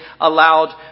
allowed